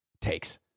takes